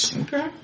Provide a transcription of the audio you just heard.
Okay